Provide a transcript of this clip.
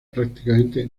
prácticamente